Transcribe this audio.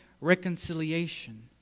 reconciliation